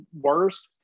Worst